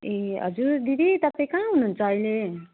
ए हजुर दिदी तपाईँ कहाँ हुनुहुन्छ अहिले